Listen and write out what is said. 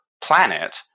planet